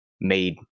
made